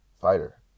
fighter